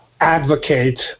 advocate